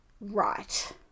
right